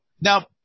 now